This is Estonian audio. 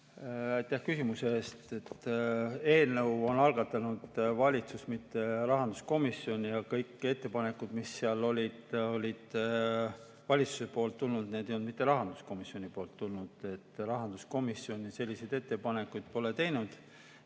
aitäh küsimuse eest! Eelnõu on algatanud valitsus, mitte rahanduskomisjon. Kõik ettepanekud, mis seal olid, olid valitsusest tulnud, need ei olnud mitte rahanduskomisjonist tulnud. Rahanduskomisjon selliseid ettepanekuid pole teinud